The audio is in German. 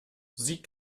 sie